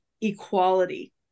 equality